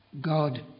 God